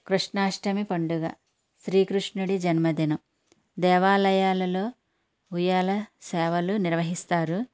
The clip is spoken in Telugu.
కృష్ణాష్టమి పండుగ శ్రీకృష్ణుడి జన్మదినం దేవాలయాలలో ఉయ్యాల సేవలు నిర్వహిస్తారు